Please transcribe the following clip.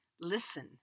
listen